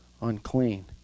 unclean